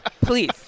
Please